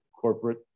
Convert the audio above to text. corporate